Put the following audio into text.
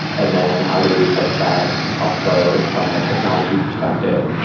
and then how do we fix ah that also from a technology perspective.